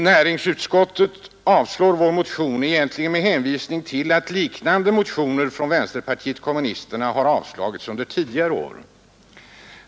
Näringsutskottet avstyrker vår motion, egentligen med hänvisning till att liknande motioner från vänsterpartiet kommunisterna har avslagits under tidigare år.